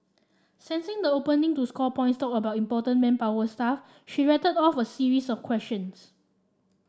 sensing the opening to score points talk about important manpower stuff she rattled off a series of questions